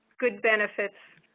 good benefits,